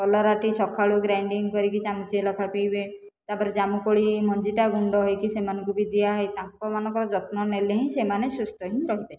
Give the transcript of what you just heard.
କଲରା ଟି ସକାଳୁ ଗ୍ରାଇଣ୍ଡିଙ୍ଗ କରିକି ଚାମୁଚିଏ ଲେଖା ପିଇବେ ତାପରେ ଜାମୁକୋଳି ମଞ୍ଜିଟା ଗୁଣ୍ଡ ହୋଇକି ସେମାନଙ୍କୁ ବି ଦିଆ ହୋଇ ତାଙ୍କ ମାନଙ୍କର ଯତ୍ନ ନେଲେ ହିଁ ସେମାନେ ସୁସ୍ଥ ହିଁ ରହିବେ